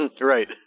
Right